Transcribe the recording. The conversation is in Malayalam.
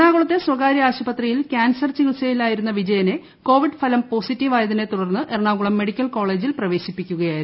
എറണാകുളത്തെ സ്വകാര്യ ആശുപത്രിയിൽ കാൻസൂർ ്ച്ച്കിത്സയിലായിരുന്ന വിജയനെ കോവിഡ് ഫലം പൊസ്ട്രിറ്റീവായതിനെ തുടർന്ന് എറണാകുളം മെഡിക്കൽ ക്ടോളേജീൽ പ്രവേശിപ്പിക്കുകയായിരുന്നു